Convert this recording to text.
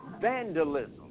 vandalism